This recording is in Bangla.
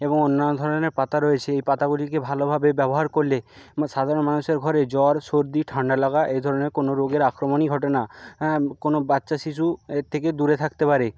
এবং অন্যান্য ধরণের পাতা রয়েছে এই পাতাগুলিকে ভালোভাবে ব্যবহার করলে সাধারণ মানুষের ঘরে জ্বর সর্দি ঠান্ডা লাগা এই ধরণের কোনো রোগের আক্রমণই ঘটে না কোনো বাচ্চা শিশু এর থেকে দূরে থাকতে পারে